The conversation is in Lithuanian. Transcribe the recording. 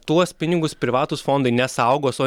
tuos pinigus privatūs fondai ne saugos o